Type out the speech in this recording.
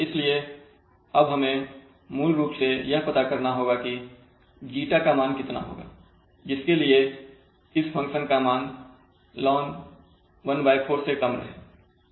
इसलिए अब हमें मूल रूप से यह पता करना होगा कि ζ का मान कितना होगा जिसके लिए इस फंक्शन का मान ln¼ से कम रहे